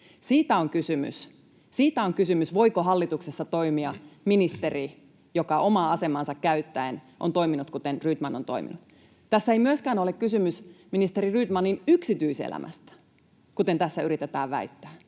Siitä on kysymys, voiko hallituksessa toimia ministeri, joka omaa asemaansa käyttäen on toiminut, kuten Rydman on toiminut. Tässä ei myöskään ole kysymys ministeri Rydmanin yksityiselämästä, kuten tässä yritetään väittää.